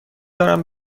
دارم